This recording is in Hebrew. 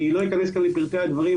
אני לא אכנס כאן לפרטי הדברים,